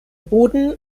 boden